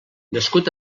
nascut